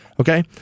Okay